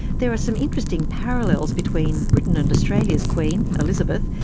there are some interesting parallels between britain and australia's queen, elizabeth,